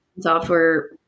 software